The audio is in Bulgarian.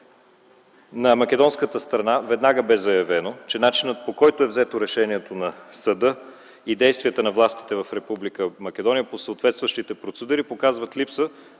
На македонската страна веднага бе заявено, че начинът, по който е взето решението на съда, и действията на властите в Република Македония по съответстващите процедури показват липса